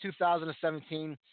2017